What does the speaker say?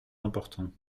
important